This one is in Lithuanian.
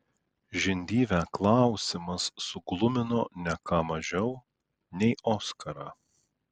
žindyvę klausimas suglumino ne ką mažiau nei oskarą